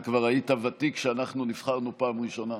אתה כבר היית ותיק כשאנחנו נבחרנו פעם ראשונה.